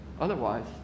Otherwise